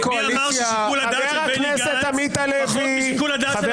מי אמר ששיקול הדעת של בני גנץ פחות משיקול הדעת של אהרן ברק?